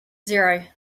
zero